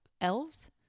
elves